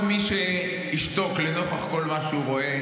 או כל מי שישתוק לנוכח כל מה שהוא רואה,